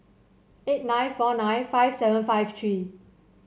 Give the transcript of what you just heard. eight nine four nine five seven five three